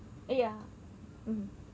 ya mm